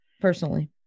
personally